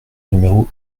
numéro